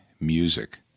music